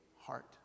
heart